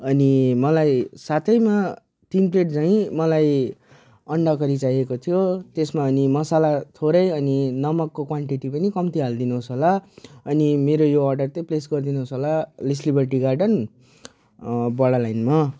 अनि मलाई साथैमा तिन प्लेट झैँ मलाई अन्डा करी चाहिएको थियो त्यसमा अनि मसला थोरै अनि नमकको क्वान्टिटी पनि कम्ती हालिदिनु होस् होला अनि मेरो यो अर्डर चाहिँ प्लेस गरिदिनु होस् होला लिस सिल्बर टी गार्डन बडा लाइनमा